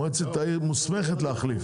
מועצת העיר מוסמכת להחליף.